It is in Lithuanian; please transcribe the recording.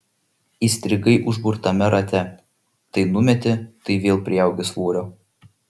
įstrigai užburtame rate tai numeti tai vėl priaugi svorio